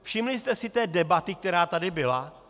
Všimli jste si té debaty, která tady byla?